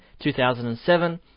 2007